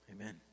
Amen